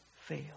fail